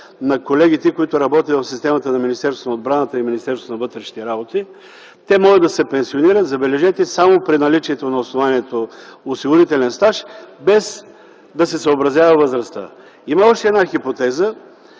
на колегите, които работят в системата на Министерството на отбраната и Министерството на вътрешните работи. Те могат да се пенсионират, забележете, само при наличието на основанието осигурителен стаж, без да се съобразяват с възрастта. Има още една хипотеза: